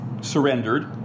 surrendered